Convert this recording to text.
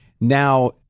Now